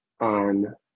on